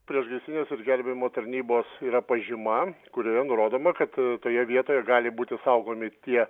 priešgaisrinės ir gelbėjimo tarnybos yra pažyma kurioje nurodoma kad toje vietoje gali būti saugomi tie